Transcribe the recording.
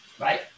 right